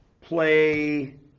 play